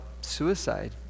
suicide